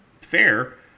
fair